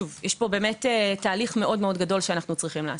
שוב, יש פה תהליך גדול מאוד שאנחנו צריכים לעשות.